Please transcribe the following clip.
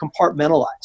compartmentalize